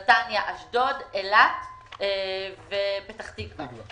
נתניה, אשדוד, אילת ופתח תקווה.